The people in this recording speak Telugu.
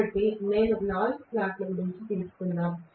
కాబట్టి నేను 4 స్లాట్ల గురించి తీసుకుందాం